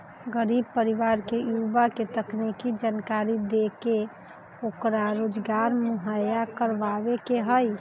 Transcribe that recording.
गरीब परिवार के युवा के तकनीकी जानकरी देके ओकरा रोजगार मुहैया करवावे के हई